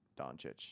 Doncic